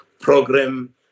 Program